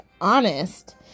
honest